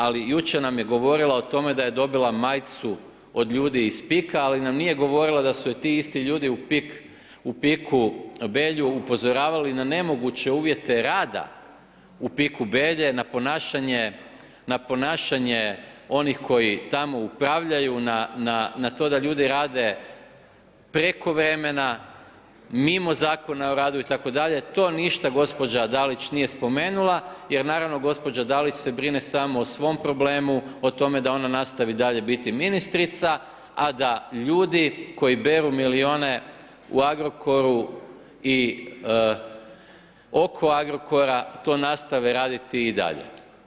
Ali, jučer nam je govorila o tome, da je dobila majicu od ljudi iz Pika ali nam nije govorila da su je ti isti ljudi u Piku, Belju, upozoravali na nemoguće uvjete rada u Piku Belje, na ponašanje onih koji tamo upravljaju, na to da ljudi rade prekovremena, mimo Zakona o radu, itd. to ništa gospođa Dalić nije spomenula, jer naravno gospođa Dalić se brine samo o svom problemu, o tome da ona nastaviti dalje biti ministrica, a da ljudi, koji beru milijune u Agrokoru i oko Agrokora to nastave raditi i dalje.